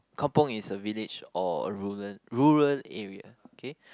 kampung is a village or a rural rural area okay